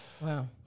Wow